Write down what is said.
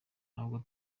ntabwo